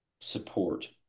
support